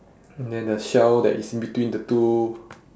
then the shell that is in between the two